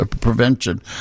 prevention